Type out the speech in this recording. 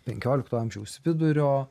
penkiolikto amžiaus vidurio